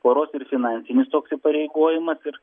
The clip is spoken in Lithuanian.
poros ir finansinis toks įpareigojimas ir